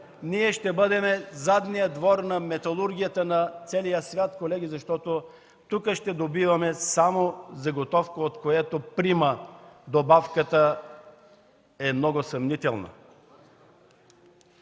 ние ще бъдем задният двор на металургията на целия свят, колеги, защото тук ще добиваме само заготовка, от което прима добавката е много съмнителна.